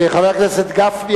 חבר הכנסת גפני,